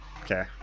Okay